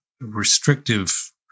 restrictive